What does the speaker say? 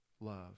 love